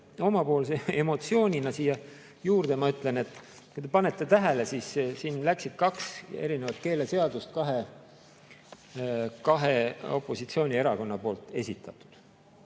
omapoolse emotsioonina siia juurde ma ütlen, et kui te panete tähele, siis siin oli kaks erinevat keeleseadust, kahe opositsioonierakonna esitatud.